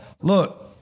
look